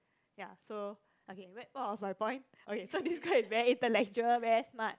ya so okay wait what was my point okay so this guy is very intellectual very smart